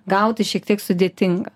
gauti šiek tiek sudėtinga